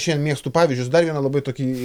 šiandien mėgstu pavyzdžius dar vieną labai tokį